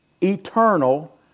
eternal